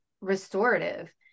restorative